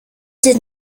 den